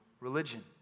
religion